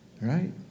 Right